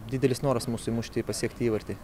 didelis noras mūsų įmušti pasiekti įvartį